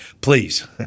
Please